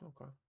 Okay